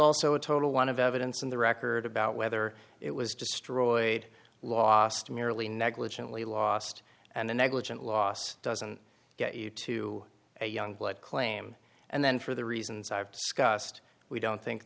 also a total one of evidence on the record about whether it was destroyed last merely negligently lost and the negligent loss doesn't get you to a young blood claim and then for the reasons i've discussed we don't think